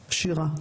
שירה.